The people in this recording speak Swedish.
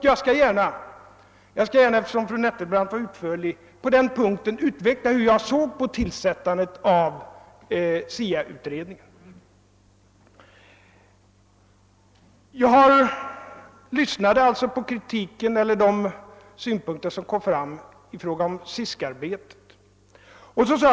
Jag skall gärna, eftersom fru Nettelbrandt var så utförlig på denna punkt, utveckla hur jag såg på tillsättandet av STA-utredningen. Jag hade lyssnat på den kritik och på de synpunkter som framfördes i samband med arbetet inom SISK.